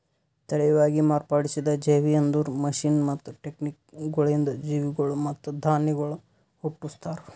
ತಳಿಯವಾಗಿ ಮಾರ್ಪಡಿಸಿದ ಜೇವಿ ಅಂದುರ್ ಮಷೀನ್ ಮತ್ತ ಟೆಕ್ನಿಕಗೊಳಿಂದ್ ಜೀವಿಗೊಳ್ ಮತ್ತ ಧಾನ್ಯಗೊಳ್ ಹುಟ್ಟುಸ್ತಾರ್